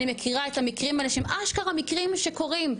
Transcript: אני מכירה את המקרים האלה שהם אשכרה מקרים שקורים,